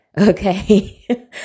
okay